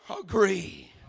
agree